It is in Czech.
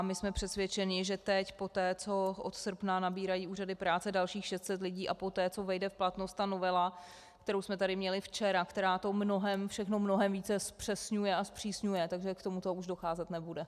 My jsme přesvědčeni, že teď, poté co od srpna nabírají úřady práce dalších 600 lidí a poté co vejde v platnost novela, kterou jsme tady měli včera, která to všechno mnohem více zpřesňuje a zpřísňuje, k tomuto už docházet nebude.